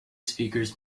speakers